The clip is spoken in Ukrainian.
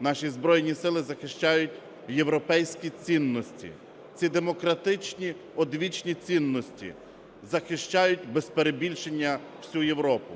Наші Збройні Сили захищають європейські цінності, ці демократичні одвічні цінності, захищають без перебільшення всю Європу.